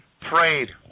Prayed